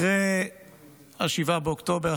אחרי 7 באוקטובר,